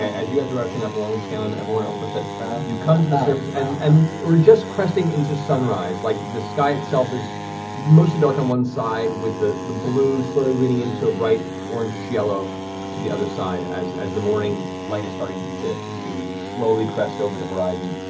as you guys are rushing up along with scanlan everyone else rushes up you come to the surface and and you're just cresting into sunrise, like the sky itself is mostly dark on one side with the the blue slowly leading into a bright orange-ish yellow to the other side as as the morning light is starting to to slowly crest over the horizon.